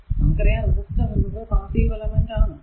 നമുക്കറിയാം റെസിസ്റ്റർ എന്നത് passive element ആണ്